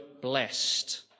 blessed